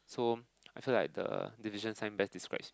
so I feel like the division sign best describe